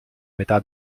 metà